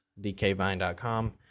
dkvine.com